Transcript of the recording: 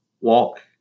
walk